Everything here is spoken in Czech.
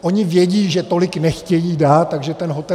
Oni vědí, že tolik nechtějí dát, takže ten hoteliér...